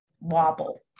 wobble